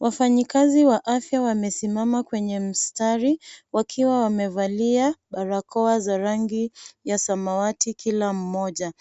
Wafanyikazi wa afya wamesimama kwenye mstari wakiwa wamevalia barakoa za rangi ya samawati kila mmoja.